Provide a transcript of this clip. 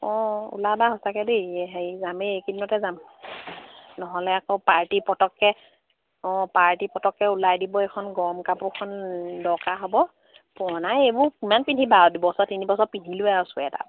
অঁ ওলাবা সঁচাকে দেই হেৰি যামেই এই কিদিনতে যাম নহ'লে আকৌ পাৰ্টি পটককে অঁ পাৰ্টি পটককে ওলাই দিব এইখন গৰম কাপোৰখন দৰকাৰ হ'ব পুৰণা এইবোৰ কিমান পিন্ধিবা আৰু দুবছৰ তিনিবছৰ পিন্ধিলো আৰু ছুৱেটাৰ